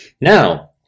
Now